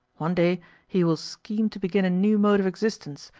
one day he will scheme to begin a new mode of existence,